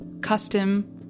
custom